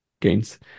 gains